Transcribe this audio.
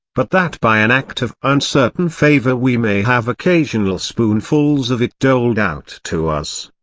but that by an act of uncertain favour we may have occasional spoonfuls of it doled out to us.